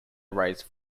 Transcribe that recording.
raised